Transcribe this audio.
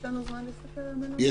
יש לנו זמן להסתכל על המלוניות?